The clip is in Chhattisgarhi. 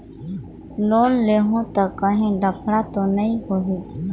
लोन लेहूं ता काहीं लफड़ा तो नी होहि?